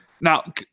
Now